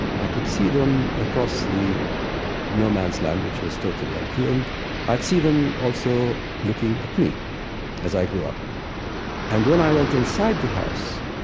and i could see them across the no man's land, which was totally empty, and i'd see them also looking at me as i grew up and when i went inside the house,